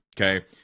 Okay